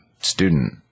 student